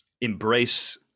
embrace